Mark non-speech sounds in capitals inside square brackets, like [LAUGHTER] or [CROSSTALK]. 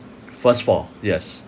first four yes [BREATH]